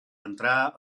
entrar